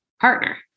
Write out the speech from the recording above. partner